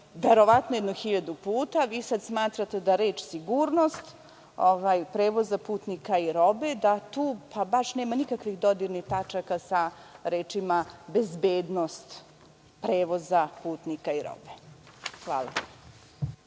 verovatno jedno hiljadu puta, sada smatrate da reč „sigurnost prevoza putnika i robe“, da nema nikakvih dodirnih tačaka sa rečima „bezbednost prevoza putnika i robe“. Hvala.